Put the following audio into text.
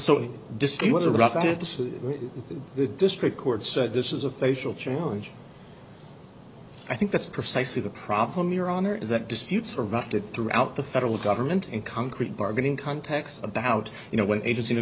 suit the district court so this is a facial challenge i think that's precisely the problem your honor is that disputes are routed through out the federal government in concrete bargaining context about you know when agenc